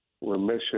remission